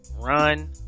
run